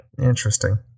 Interesting